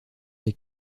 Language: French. des